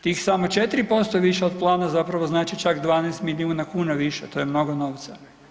Tih samo 4% više od plana zapravo znači čak 12 milijuna kuna više, to je mnogo novca.